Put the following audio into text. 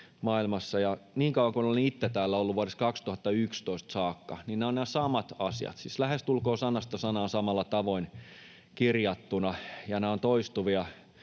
maailmassa. Ja niin kauan kuin olen itse täällä ollut, vuodesta 2011 saakka, ovat nämä samat asiat siis lähestulkoon sanasta sanaan samalla tavoin kirjattuina, toistuvia,